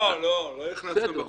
לא, לא הכנסנו בחוק.